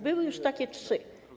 Były już takie trzy.